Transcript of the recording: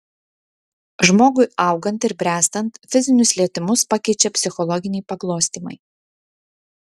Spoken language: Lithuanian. žmogui augant ir bręstant fizinius lietimus pakeičia psichologiniai paglostymai